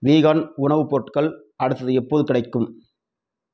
vegan உணவுப் பொருட்கள் அடுத்தது எப்போது கிடைக்கும்